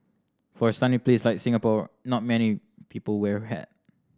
for a sunny place like Singapore not many people wear a hat